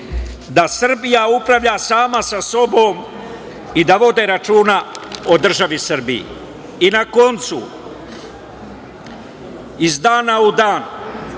da Srbija upravlja sama sa sobom i da vode računa o državi Srbiji. Na kraju, iz dana u dan